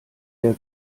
der